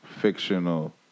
fictional